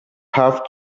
have